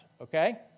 okay